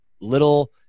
little